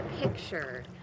picture